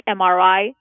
MRI